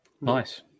Nice